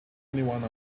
anyone